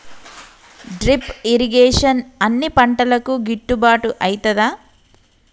Drip irrigation అన్ని పంటలకు గిట్టుబాటు ఐతదా?